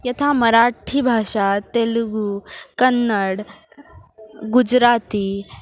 यथा मराठीभाषा तेलुगु कन्नड् गुजराती